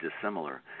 dissimilar